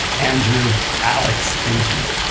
andrew, alex, and jean.